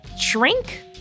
Shrink